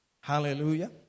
Hallelujah